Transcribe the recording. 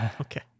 Okay